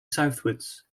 southwards